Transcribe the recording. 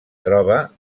troba